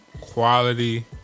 Quality